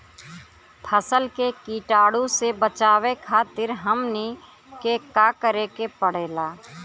फसल के कीटाणु से बचावे खातिर हमनी के का करे के पड़ेला?